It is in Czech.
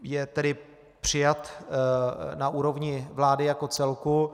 Je tedy přijat na úrovni vlády jako celku.